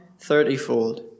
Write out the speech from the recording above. thirtyfold